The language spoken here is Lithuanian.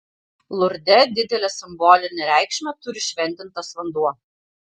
lurde didelę simbolinę reikšmę turi šventintas vanduo